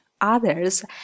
others